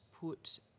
put